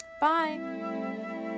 bye